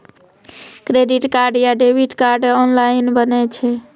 Credit card या debit card online बनै छै?